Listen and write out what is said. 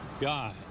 guy